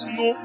no